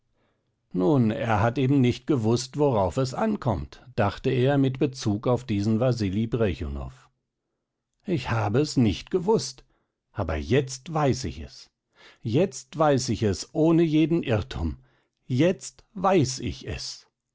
nun er hat eben nicht gewußt worauf es ankommt dachte er mit bezug auf diesen wasili brechunow ich habe es nicht gewußt aber jetzt weiß ich es jetzt weiß ich es ohne jeden irrtum jetzt weiß ich es